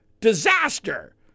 Disaster